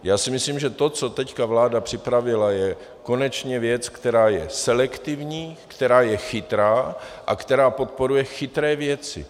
Já si myslím, že to, co teď vláda připravila, je konečně věc, která je selektivní, která je chytrá a která podporuje chytré věci.